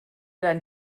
dein